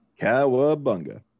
Kawabunga